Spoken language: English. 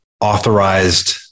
authorized